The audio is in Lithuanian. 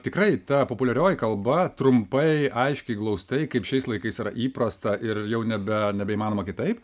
tikrai ta populiarioji kalba trumpai aiškiai glaustai kaip šiais laikais tai yra įprasta ir jau nebe nebeįmanoma kitaip